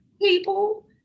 people